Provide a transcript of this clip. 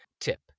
tip